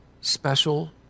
special